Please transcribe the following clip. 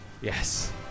Yes